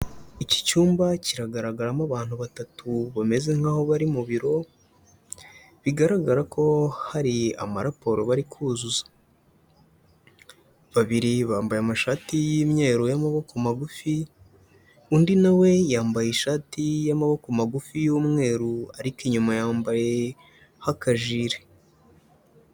Iki cyumba kiragaragaramo abantu batatu bameze nk'aho bari mu biro, bigaragara ko hari amaraporo bari kuzuza, babiri bambaye amashati y'imyeru y'amaboko magufi, undi nawe yambaye ishati y'amaboko magufi y'umweru ariko inyuma yambayeho akajire.